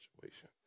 situation